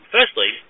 Firstly